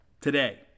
Today